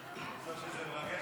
עד חמש דקות לרשותך.